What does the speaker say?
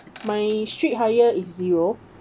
my street hire is zero